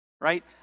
right